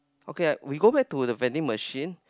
okay we go back to the vending machine